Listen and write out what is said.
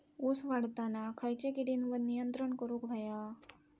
ऊस वाढताना खयच्या किडींवर नियंत्रण करुक व्हया?